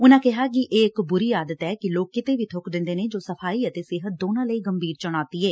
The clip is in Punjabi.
ਉਨ੍ਹੂਂ ਕਿਹਾ ਕਿ ਇਹ ਇਕ ਬੁਰੀ ਆਦਤ ਏ ਕਿ ਲੋਕ ਕਿਤੇ ਵੀ ਬੁੱਕ ਦਿੰਦੇ ਨੇ ਜੋ ਕਿ ਸਫਾਈ ਅਤੇ ਸਿਹਤ ਦੋਨਾਂ ਲਈ ਗੰਭੀਰ ਚੁਣੌਤੀ ਏ